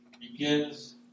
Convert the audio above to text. begins